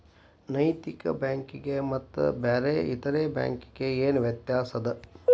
ನೈತಿಕ ಬ್ಯಾಂಕಿಗೆ ಮತ್ತ ಬ್ಯಾರೆ ಇತರೆ ಬ್ಯಾಂಕಿಗೆ ಏನ್ ವ್ಯತ್ಯಾಸದ?